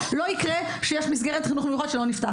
לא יקרה שיש מסגרת חינוך מיוחד שלא נפתחת.